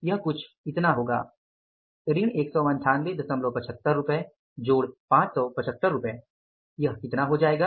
यह कुछ इतना होगा घटाव 19875 रुपये जोड़ 575 रूपए यह कितना हो जाएगा